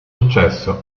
successo